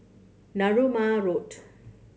Narooma Road